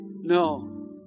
No